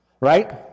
right